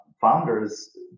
founders